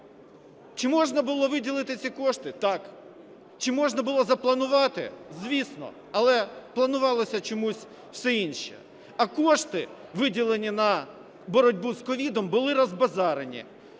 Чи можна було виділити ці кошти? Так. Чи можна було запланувати? Звісно. Але планувалося чомусь все інше, а кошти, виділені на боротьбу з COVID, були розбазарені,